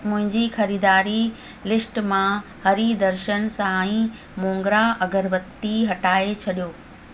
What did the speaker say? मुंहिंजी ख़रीदारी लिस्ट मां हरी दर्शन साईं मोंगरा अगरबत्ती हटाए छॾियो